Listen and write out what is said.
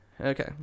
Okay